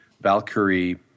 Valkyrie